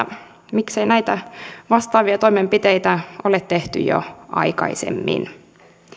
miksei näitä vastaavia toimenpiteitä ole tehty jo aikaisemmin